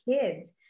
kids